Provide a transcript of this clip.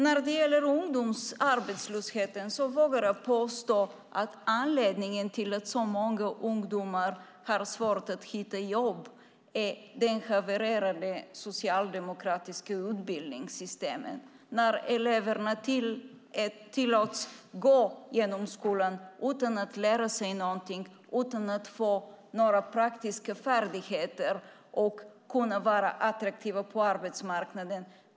När det gäller ungdomsarbetslösheten vågar jag påstå att anledningen till att så många ungdomar har svårt att hitta jobb är det havererade socialdemokratiska utbildningssystemet, där eleverna tillåts gå genom skolan utan att lära sig någonting och utan att få några praktiska färdigheter och kunna vara attraktiva på arbetsmarknaden.